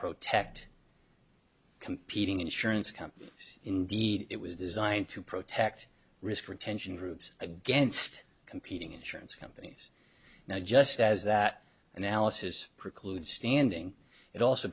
protect competing insurance companies indeed it was designed to protect risk retention groups against competing insurance companies now just as that analysis precludes standing it also